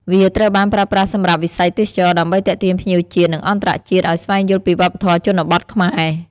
វាត្រូវបានប្រើប្រាស់សម្រាប់វិស័យទេសចរណ៍ដើម្បីទាក់ទាញភ្ញៀវជាតិ និងអន្តរជាតិឱ្យស្វែងយល់ពីវប្បធម៌ជនបទខ្មែរ ។